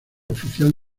oficial